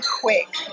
quick